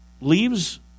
leaves